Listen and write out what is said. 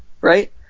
right